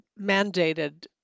mandated